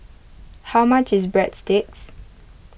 how much is breadsticks